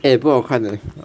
也不好看的 leh